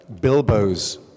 Bilbo's